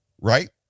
Right